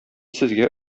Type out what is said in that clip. сезгә